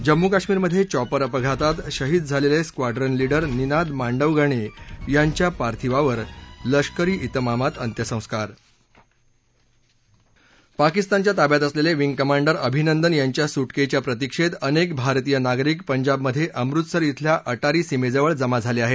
जम्मू काश्मीरमधे चॉपर अपघातात शहीद झालेले स्क्वाडून लीडर निनाद मांडवगणे यांच्या पार्थिवावर लष्करी त्रमामात अंत्यसंस्कार पाकिस्तानच्या ताब्यात असलेले विंग कमांडर अभिनंदन यांच्या सुटकेच्या प्रतिक्षेत अनेक भारतीय नागरिक पंजाबमधे अमृतसर खेल्या अटारी सीमेजवळ जमा झाले आहेत